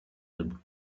álbum